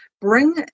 bring